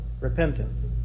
repentance